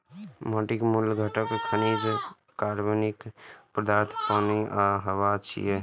माटिक मूल घटक खनिज, कार्बनिक पदार्थ, पानि आ हवा छियै